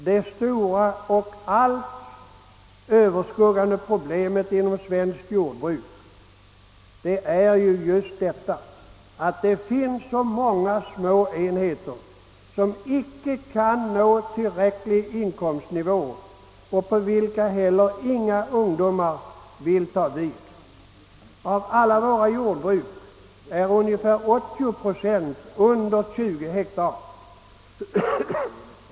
Det stora och allt överskuggande pro blemet inom svenskt jordbruk är just att det finns så många små enheter som icke kan ge tillräcklig inkomstnivå och på vilka heller inga ungdomar vill ta vid. Av alla våra jordbruk är ungefär 80 procent under 20 hektar.